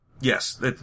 Yes